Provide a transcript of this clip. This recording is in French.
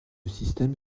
système